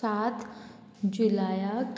सात जुलायाक